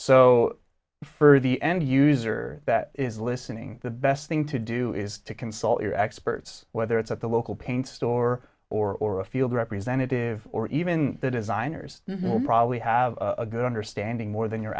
so for the end user that is listening the best thing to do is to consult your experts whether it's at the local paint store or a field representative or even that is honors probably have a good understanding more than your